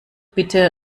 bitte